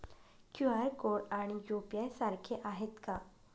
QR code आणि UPI सारखे आहेत का?